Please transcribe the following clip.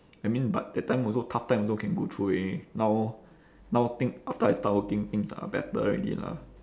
I mean but that time also tough time also can go through already now now thing after I start working things are better already lah